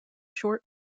short